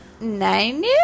Nine